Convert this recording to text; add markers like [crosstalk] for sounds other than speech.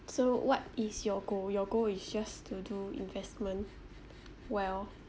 so what is your goal your goal is just to do investment [noise] well